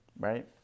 right